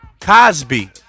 Cosby